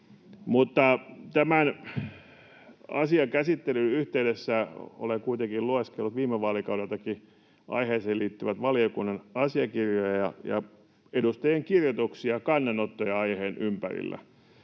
tämän asian käsittelyn yhteydessä olen kuitenkin lueskellut viime vaalikaudeltakin aiheeseen liittyviä valiokunnan asiakirjoja ja edustajien kirjoituksia ja kannanottoja aiheen ympäriltä.